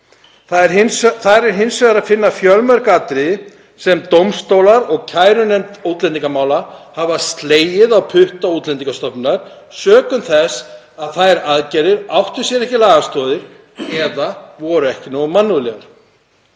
Þar er hins vegar að finna fjölmörg atriði þar sem dómstólar og kærunefnd útlendingamála hafa slegið á putta Útlendingastofnunar sökum þess að þær aðgerðir áttu sér ekki lagastoð eða voru ekki nógu mannúðlegar.